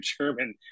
German